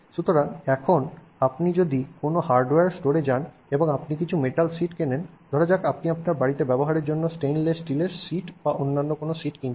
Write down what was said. সুতরাং এখন আপনি যদি কোনও হার্ডওয়্যার স্টোরে যান এবং আপনি যদি কিছু মেটাল শীট কেনেন ধরা যাক আপনি আপনার বাড়িতে ব্যবহারের জন্য স্টেইনলেস স্টিলের শীট বা অন্য কোনও শীট কিনেছেন